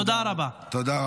תודה רבה.